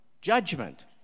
judgment